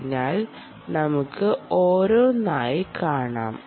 അതിനാൽ നമുക്ക് ഓരോന്നായി കാണാം